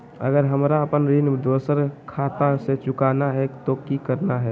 अगर हमरा अपन ऋण दोसर खाता से चुकाना है तो कि करना है?